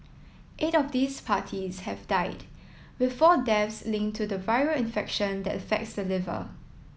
eight of these parties have died with four deaths linked to the viral infection that affects the liver